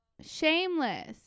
shameless